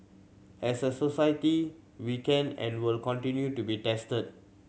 as a society we can and will continue to be tested